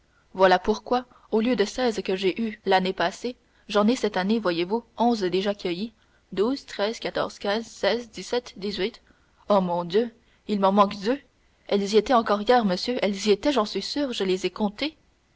voilà pourquoi au lieu de seize que j'ai eues l'année passée j'en ai cette année voyez-vous onze déjà cueillies douze treize quatorze quinze seize dix-sept dix-huit oh mon dieu il m'en manque deux elles y étaient encore hier monsieur elles y étaient j'en suis sûr je les ai comptées